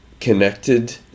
connected